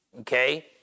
Okay